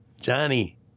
Johnny